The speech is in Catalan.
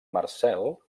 marcel